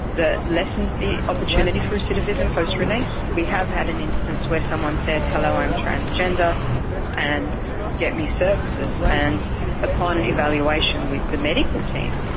that lessens the opportunity for recidivism post-release. we have had an instance where someone said, hello, i'm transgender and get me services and upon evaluation with the medical team,